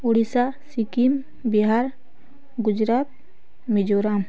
Odisha Sikkim Bihar Gujarat Mizoram